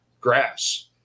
grass